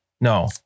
No